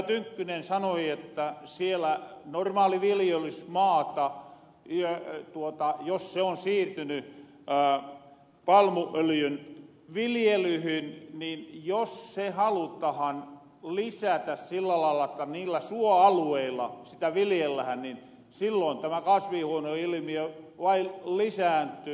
tynkkynen sanoi että jos siellä normaaliviljelysmaata on siirtyny palmuöljyn viljelyhyn niin jos sitä halutahan lisätä sillä lailla että niillä suoalueilla sitä viljellähän silloin tämä kasvihuoneilmiö vain lisääntyy